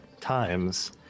times